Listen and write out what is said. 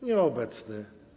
Nieobecny.